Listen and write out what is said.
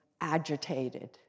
agitated